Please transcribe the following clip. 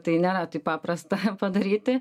tai nėra taip paprasta padaryti